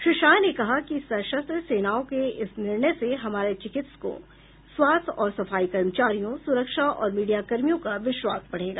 श्री शाह ने कहा कि सशस्त्र सेनाओं के इस निर्णय से हमारे चिकित्सकों स्वास्थ्य और सफाई कर्मचारियों सुरक्षा और मीडिया कर्मियों का विश्वास बढ़ेगा